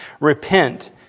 Repent